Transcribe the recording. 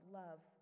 love